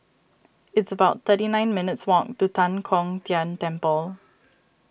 it's about thirty nine minutes' walk to Tan Kong Tian Temple